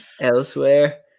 elsewhere